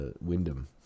Wyndham